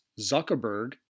Zuckerberg